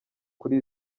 kuri